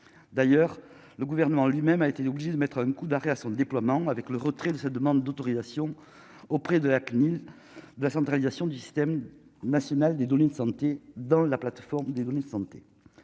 d'ailleurs le gouvernement lui-même a été obligé de mettre un coup d'arrêt à son déploiement avec le retrait de sa demande d'autorisation auprès de la CNIL, la centralisation du système national des données de santé dans la plateforme des données de santé